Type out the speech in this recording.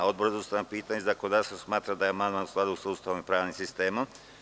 Odbor za ustavna pitanja i zakonodavstvo smatra da je amandman u skladu sa Ustavom i pravnim sistemom.